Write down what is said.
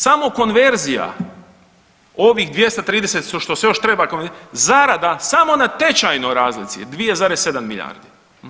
Samo konverzija ovih 230 što se još treba, zarada samo na tečajnoj razlici je 2,7 milijardi.